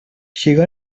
llegó